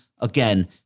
Again